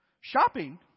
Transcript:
Shopping